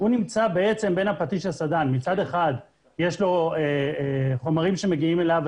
הוא נמצא בין הפטיש לסדן כאשר מצד אחד יש לו חומרים שמגיעים אליו,